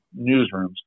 newsrooms